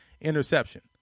interception